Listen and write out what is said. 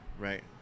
Right